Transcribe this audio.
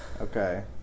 Okay